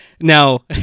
Now